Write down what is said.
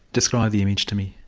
describe the image to me.